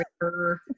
river